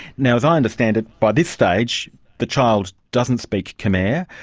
now, as i understand it by this stage the child doesn't speak khmer,